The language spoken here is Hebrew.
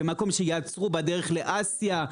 כמקום שיעצרו בדרך לאסיה.